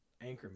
anchorman